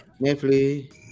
Netflix